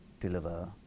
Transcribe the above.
deliver